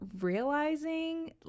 realizing